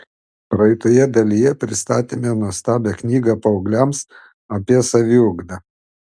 praeitoje dalyje pristatėme nuostabią knygą paaugliams apie saviugdą